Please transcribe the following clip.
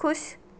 ਖੁਸ਼